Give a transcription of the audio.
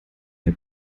mir